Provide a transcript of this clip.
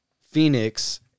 Phoenix